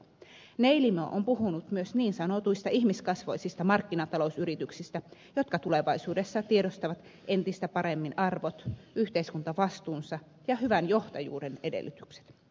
neilimo on puhunut myös niin sanotuista ihmiskasvoisista markkinatalousyrityksistä jotka tulevaisuudessa tiedostavat entistä paremmin arvot yhteiskuntavastuunsa ja hyvän johtajuuden edellytykset